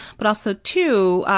but also too,